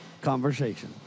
conversation